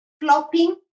flopping